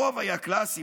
הרוב היה קלאסי,